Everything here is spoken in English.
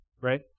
right